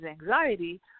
anxiety